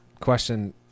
question